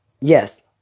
Yes